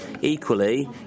Equally